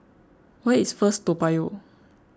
where is First Toa Payoh